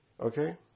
Okay